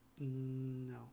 No